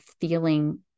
feeling